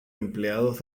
empleados